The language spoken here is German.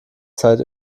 zeit